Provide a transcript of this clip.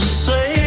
say